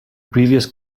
previous